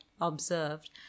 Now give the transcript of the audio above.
observed